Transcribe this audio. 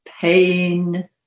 Pain